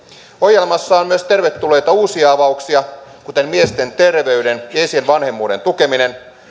ohjelmassa on myös tervetulleita uusia avauksia kuten miesten terveyden ja isien vanhemmuuden tukeminen